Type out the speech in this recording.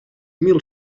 mil